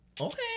Okay